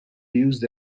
used